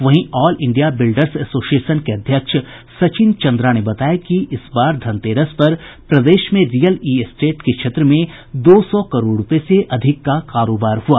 वहीं all India builders association के अध्यक्ष सचिन चन्द्रा ने बताया कि इस बार धनतेरस पर प्रदेश में रियल इस्टेट के क्षेत्र में दो सौ करोड़ रूपये से अधिक का कारोबार हुआ